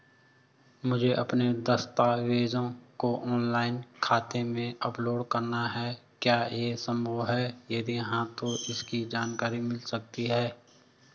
मुझे अपने दस्तावेज़ों को ऑनलाइन खाते में अपलोड करना है क्या ये संभव है यदि हाँ तो इसकी जानकारी मिल सकती है?